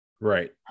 Right